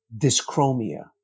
dyschromia